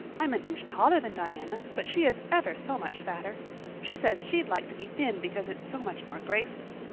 i'm an inch taller than diana, but she is ever so much fatter she says she'd like to be thin because it's so much more graceful,